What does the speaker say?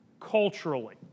culturally